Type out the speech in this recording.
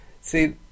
See